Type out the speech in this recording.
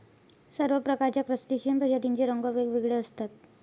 सर्व प्रकारच्या क्रस्टेशियन प्रजातींचे रंग वेगवेगळे असतात